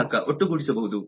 ಗ್ರಾಹಕ ಒಟ್ಟು ಗೂಡಿಸಬಹುದು